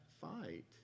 fight